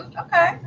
Okay